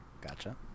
gotcha